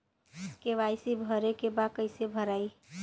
KYC भरे के बा कइसे भराई?